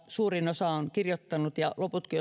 suurin osa perussuomalaisista on allekirjoittanut ja loputkin